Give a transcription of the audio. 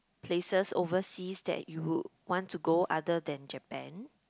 places overseas that you want to go other than Japan